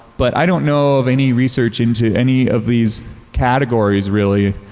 but i don't know of any research into any of these categories really,